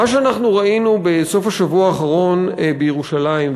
מה שאנחנו ראינו בשבוע האחרון בירושלים,